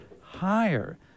higher